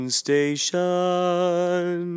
station